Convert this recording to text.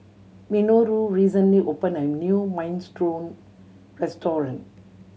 Minoru recently opened a new Minestrone Restaurant